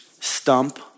stump